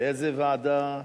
לאיזה ועדה?